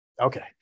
Okay